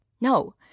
No